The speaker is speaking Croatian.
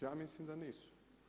Ja mislim da nisu.